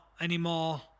anymore